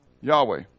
Yahweh